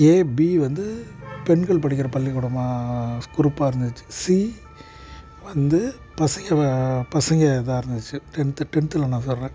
ஏ B வந்து பெண்கள் படிக்கிற பள்ளிக்கூடமாக குரூப்பாக இருந்துச்சு சி வந்து பசங்கள் பசங்கள் இதாக இருந்துச்சு டென்த்து டென்த்தில் நான் சொல்கிறேன்